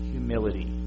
Humility